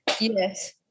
Yes